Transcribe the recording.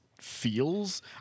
feels